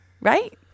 right